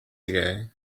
ago